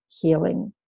healing